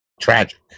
tragic